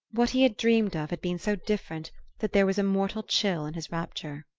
what he had dreamed of had been so different that there was a mortal chill in his rapture.